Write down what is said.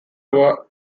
river